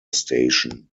station